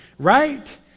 Right